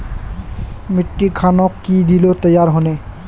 मिट्टी खानोक की दिले तैयार होने?